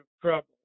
trouble